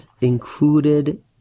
included